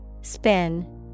Spin